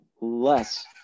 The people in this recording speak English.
less